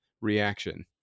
reaction